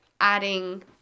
adding